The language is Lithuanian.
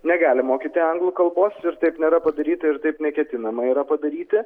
negali mokyti anglų kalbos ir taip nėra padaryta ir taip neketinama yra padaryti